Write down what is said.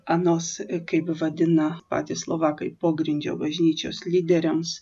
anos kaip vadina patys slovakai pogrindžio bažnyčios lyderiams